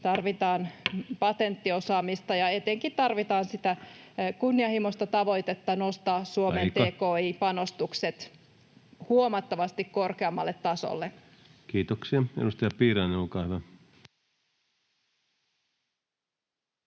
tarvitaan patenttiosaamista ja etenkin tarvitaan sitä kunnianhimoista tavoitetta nostaa [Puhemies: Aika!] Suomen tki-panostukset huomattavasti korkeammalle tasolle. Kiitoksia. — Edustaja Piirainen, olkaa hyvä.